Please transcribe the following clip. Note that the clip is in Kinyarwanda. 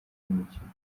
y’umukino